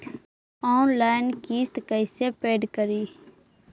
Online किस्त कैसे paid करि?